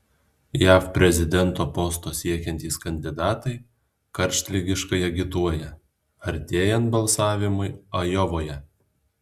jav prezidento posto siekiantys kandidatai karštligiškai agituoja artėjant balsavimui ajovoje